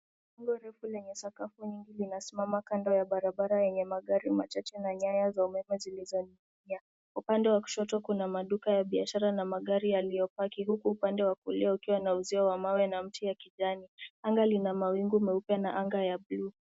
Jengo refu lenye sakafu nyingi linasimama kando ya barabara yenye magari machache na nyaya za umeme zilizo ninginia upande wa kushoto kuna maduka ya biashara na magari yaliyo park huku upande wa kulia ukiwa na uzio wa mawe na mti ya kijani. Anga lina mawingu meupe na anga ya bluu.